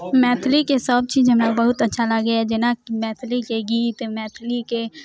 मैथिलीके सभचीज हमरा बहुत अच्छा लागैए जेनाकि मैथिलीके गीत मैथिली के